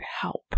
help